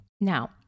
Now